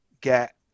get